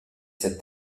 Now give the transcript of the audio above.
cette